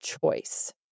choice